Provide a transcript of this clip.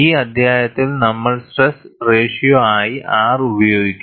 ഈ അധ്യായത്തിൽ നമ്മൾ സ്ട്രെസ് റേഷ്യോ ആയി R ഉപയോഗിക്കും